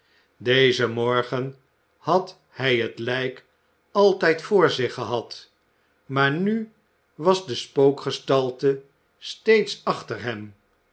dezen morgen had hij het lijk altijd voor zich gehad maar nu was de spookgestalte steeds achter hem